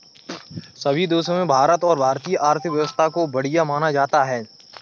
सभी देशों में भारत और भारतीय आर्थिक व्यवस्था को बढ़िया माना जाता है